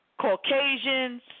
Caucasians